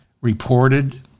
reported